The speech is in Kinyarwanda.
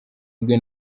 bwe